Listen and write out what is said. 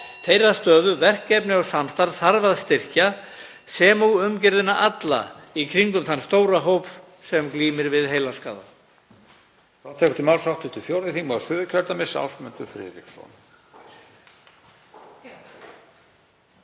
Þeirra stöðu, verkefni og samstarf þarf að styrkja sem og umgjörðina alla í kringum þann stóra hóp sem glímir við heilaskaða.